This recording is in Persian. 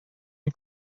این